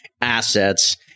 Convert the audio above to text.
assets